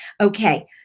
Okay